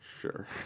Sure